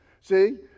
See